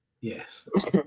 yes